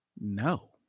no